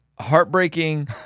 Heartbreaking